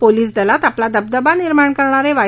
police दलात आपला दबदबा निर्माण करणारे वाय